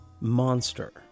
Monster